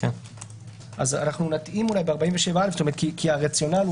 כי הרציונל הוא